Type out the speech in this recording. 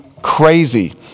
crazy